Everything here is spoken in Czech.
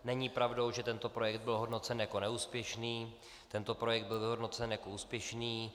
Není pravdou, že tento projekt byl hodnocen jako neúspěšný, tento projekt byl vyhodnocen jako úspěšný.